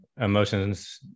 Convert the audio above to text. emotions